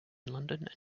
london